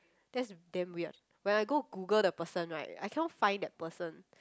that's damn weird when I go Google the person right I cannot find that person